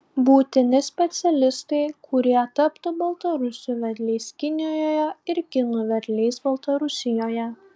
būtini specialistai kurie taptų baltarusių vedliais kinijoje ir kinų vedliais baltarusijoje